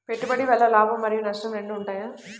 పెట్టుబడి వల్ల లాభం మరియు నష్టం రెండు ఉంటాయా?